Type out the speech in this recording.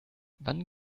wann